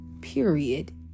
period